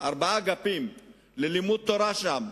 ארבעה אגפים ללימוד תורה שם.